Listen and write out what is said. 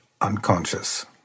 unconscious